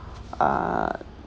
uh